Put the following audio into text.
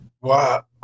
Wow